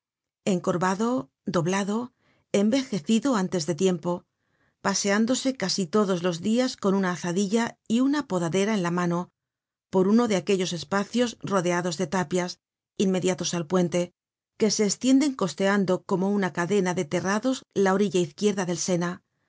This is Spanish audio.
encorvado doblado envejecido antes de tiempo paseándose casi todos los dias con una azadilla y una podadera en la mano por uno de aquellos espacios rodeados de tapias inmediatos al puente que se estienden costeando como una cadena de terrados la orilla izquierda del sena